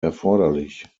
erforderlich